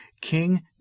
King